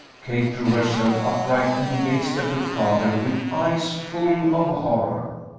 kate drew herself upright and gazed at her father with eyes full of horror.